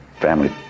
family